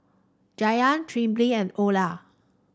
Jayda Trilby and Eola